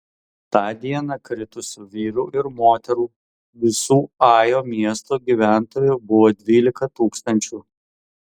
tą dieną kritusių vyrų ir moterų visų ajo miesto gyventojų buvo dvylika tūkstančių